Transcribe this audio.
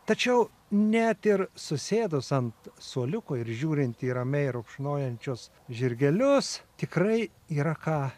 tačiau net ir susėdus ant suoliuko ir žiūrint į ramiai rupšnojančius žirgelius tikrai yra ką